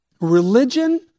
Religion